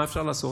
מה אפשר לעשות?